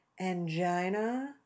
angina